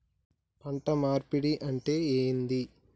పంట మార్పిడి అంటే ఏంది?